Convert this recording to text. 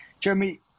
Jeremy